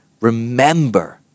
remember